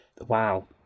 wow